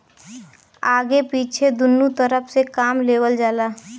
आगे पीछे दुन्नु तरफ से काम लेवल जाला